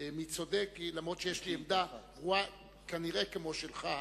מי צדק יותר אף-על-פי שיש לי עמדה כנראה כמו שלך,